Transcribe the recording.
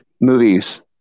movies